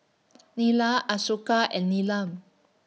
Neila Ashoka and Neelam